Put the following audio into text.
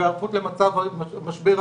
על כן רצינו את השלטון המקומי ומשרד